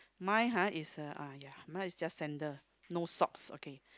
mine ha is uh ya mine is just sandal no socks okay